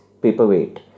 paperweight